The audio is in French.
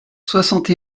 soixante